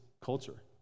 culture